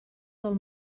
del